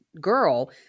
girl